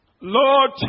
lord